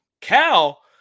Cal